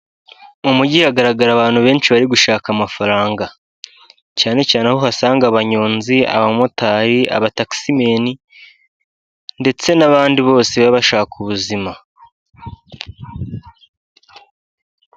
Mu mujyi, hagaragara abantu benshi bari gushaka amafaranga cyane cyane aho usanga abanyonzi, abamotari, abatakisimeni, ndetse n’abandi bose baba bashaka ubuzima